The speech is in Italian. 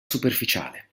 superficiale